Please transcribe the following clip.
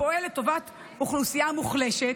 הפועל לטובת אוכלוסייה מוחלשת,